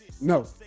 No